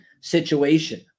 situation